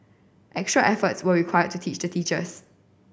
extra efforts were required to teach the teachers